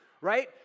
right